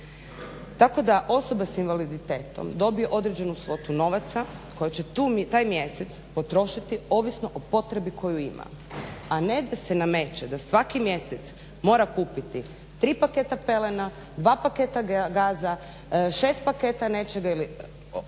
tako da osobe s invaliditetom dobije određenu svotu novaca koju će taj mjesec potrošiti ovisno o potrebi koju ima, a ne da se nameće da svaki mjesec mora kupiti tri paketa pelena, dva paketa gaza, šest paketa nečega,